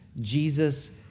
Jesus